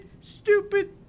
stupid